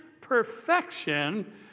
perfection